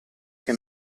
che